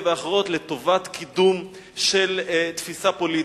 ואחרות לטובת קידום של תפיסה פוליטית.